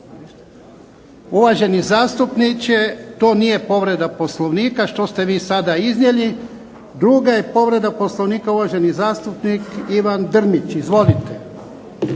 Uvaženi zastupniče to nije povreda Poslovnika što ste vi sada iznijeli. Druga je povreda Poslovnika uvaženi zastupnik Ivan Drmić. Izvolite.